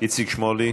איציק שמולי,